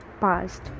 past